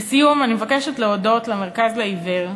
לסיום אני מבקשת להודות ל"מרכז לעיוור",